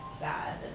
bad